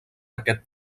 aquest